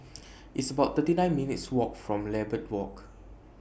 It's about thirty nine minutes' Walk from Lambeth Walk